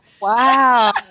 Wow